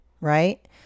right